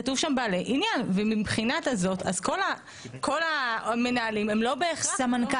כתוב שם "בעלי עניין" ומהבחינה הזאת כל המנהלים הם ------ תראו,